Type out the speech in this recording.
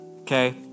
Okay